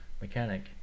mechanic